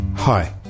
Hi